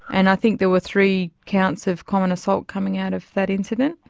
and i think there were three counts of common assault coming out of that incident?